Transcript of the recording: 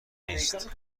نیست